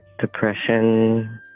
depression